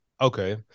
okay